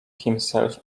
himself